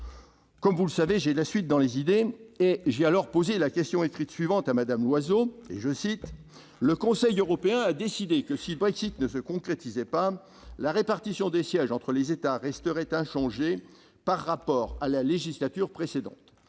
» Vous le savez, j'ai de la suite dans les idées ; j'ai alors posé la question écrite suivante à Mme Loiseau : le « Conseil européen a décidé que si le Brexit ne se concrétisait pas, la répartition des sièges entre les États resterait inchangée par rapport à la législature précédente.